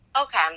Okay